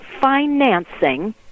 financing